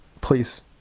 please